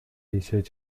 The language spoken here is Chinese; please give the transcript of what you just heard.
一些